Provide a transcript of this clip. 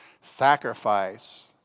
sacrifice